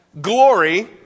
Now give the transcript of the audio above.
glory